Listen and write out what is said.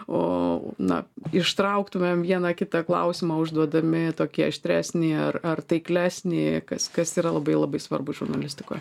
o na ištrauktumėm vieną kitą klausimą užduodami tokį aštresnį ar ar taiklesnį kas kas yra labai labai svarbu žurnalistikoj